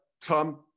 Tom